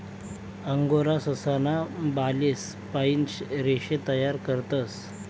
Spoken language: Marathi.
अंगोरा ससा ना बालेस पाइन रेशे तयार करतस